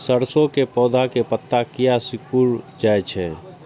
सरसों के पौधा के पत्ता किया सिकुड़ जाय छे?